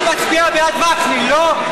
את מצביעה בעד וקנין, לא?